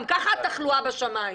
גם כך התחלואה בשמיים.